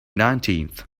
nineteenth